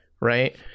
right